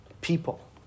people